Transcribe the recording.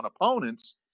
opponents